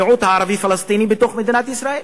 המיעוט הערבי-פלסטיני בתוך מדינת ישראל.